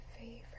favorite